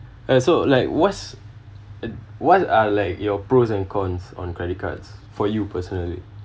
and so like what’s what are like your pros and cons on credit cards for you personally